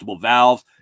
valves